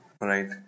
right